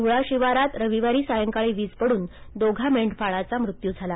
ठोळा शिवारात रविवारी सायंकाळी वीज कोसळून दोघा मेंढपाळाचा मृत्यू झाला